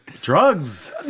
Drugs